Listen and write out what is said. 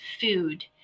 food